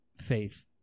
faith